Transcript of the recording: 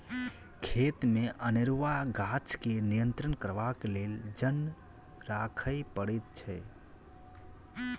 खेतमे अनेरूआ गाछ के नियंत्रण करबाक लेल जन राखय पड़ैत छै